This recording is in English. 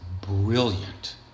brilliant